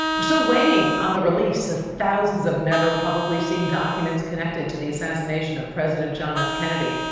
we're so waiting on the release of thousands of never publicly seen documents connected to the assassination of president john f. kennedy.